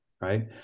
right